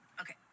okay